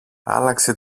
άλλαξε